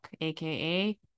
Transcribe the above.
aka